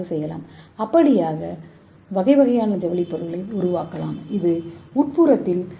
நீங்கள் அத்தகைய வகையான ஜவுளிப் பொருட்களை உருவாக்கலாம் இது உட்புறத்தில் வேறு வகையான நிறத்தைக் கொடுக்கும்